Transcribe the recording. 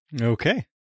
Okay